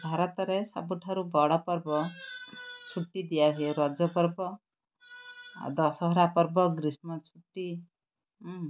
ଭାରତରେ ସବୁଠାରୁ ବଡ଼ ପର୍ବ ଛୁଟି ଦିଆହୁଏ ରଜ ପର୍ବ ଆଉ ଦଶହରା ପର୍ବ ଗ୍ରୀଷ୍ମ ଛୁଟି